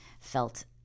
felt